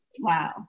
wow